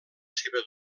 seva